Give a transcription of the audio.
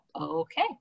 Okay